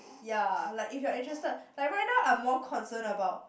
ya like if you are interested like right now I'm more concern about